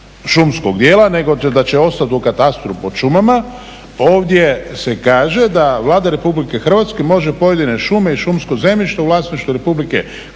šumskog dijela nego da će ostati u katastru pod šumama ovdje se kaže da Vlada Republike Hrvatske može pojedine šume i šumsko zemljište u vlasništvu Republike Hrvatske